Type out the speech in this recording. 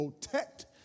protect